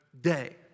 Day